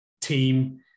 team